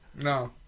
No